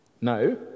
No